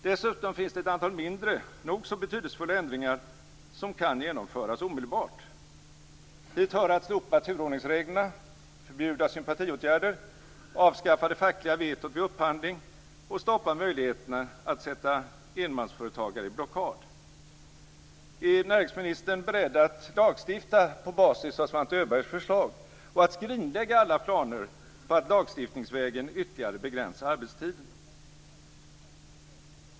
Dessutom finns det ett antal mindre, men nog så betydelsefulla, förändringar som kan genomföras omedelbart. Hit hör att slopa turordningsreglerna, att förbjuda sympatiåtgärder, att avskaffa det fackliga vetot vid upphandling och att stoppa möjligheten att försätta enmansföretagare i blockad. Är näringsministern beredd att lagstifta på basis av Svante Öbergs förslag, och att skrinlägga alla planer på att lagstiftningsvägen ytterligare begränsa arbetstiden?